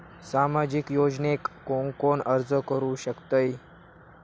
सामाजिक योजनेक कोण कोण अर्ज करू शकतत?